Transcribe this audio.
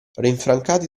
rinfrancati